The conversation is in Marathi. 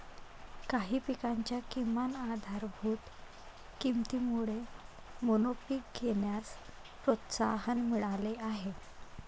काही पिकांच्या किमान आधारभूत किमतीमुळे मोनोपीक घेण्यास प्रोत्साहन मिळाले आहे